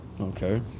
Okay